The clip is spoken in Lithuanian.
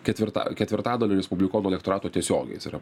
ketvirta ketvirtadaliu respublikonų elektorato tiesiogiai jis yra